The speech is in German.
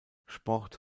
sport